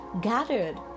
gathered